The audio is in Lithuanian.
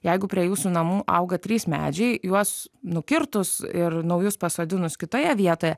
jeigu prie jūsų namų auga trys medžiai juos nukirtus ir naujus pasodinus kitoje vietoje